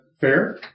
fair